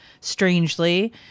strangely